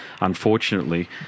unfortunately